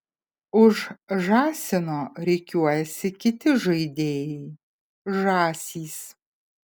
už žąsino rikiuojasi kiti žaidėjai žąsys